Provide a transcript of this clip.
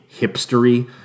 hipstery